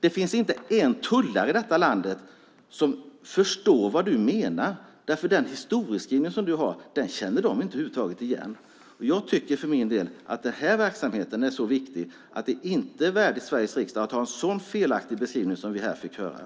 Det finns inte en tullare i det här landet, Britta Rådström, som förstår vad du menar. Den historieskrivning du gör känner de över huvud taget inte igen. Jag för min del tycker att verksamheten är så pass viktig att det inte är värdigt Sveriges riksdag att få höra en så felaktig beskrivning som nu var fallet.